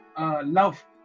Love